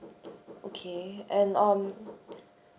okay and um